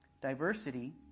Diversity